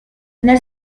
nel